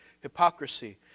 hypocrisy